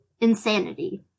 Insanity